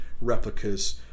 replicas